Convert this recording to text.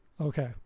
Okay